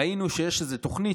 ראינו שיש איזה תוכנית